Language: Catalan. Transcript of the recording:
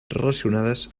relacionades